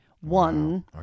one